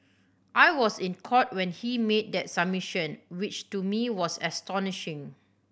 I was in Court when he made that submission which to me was astonishing